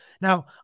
Now